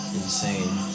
insane